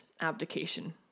abdication